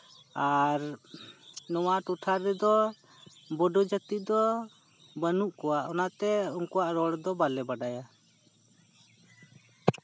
ᱟᱨ ᱱᱚᱣᱟ ᱴᱚᱴᱷᱟ ᱨᱮᱫᱚ ᱵᱳᱰᱳ ᱡᱟᱹᱛᱤ ᱫᱚ ᱵᱟᱹᱱᱩᱜ ᱠᱚᱣᱟ ᱚᱱᱟᱛᱮ ᱩᱱᱠᱩᱣᱟᱜ ᱨᱚᱲ ᱫᱚ ᱵᱟᱥᱮ ᱵᱟᱰᱟᱭᱟ